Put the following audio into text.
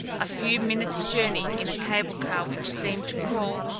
a few minutes' journey in a cable car which seemed to crawl,